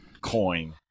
coin